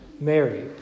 Mary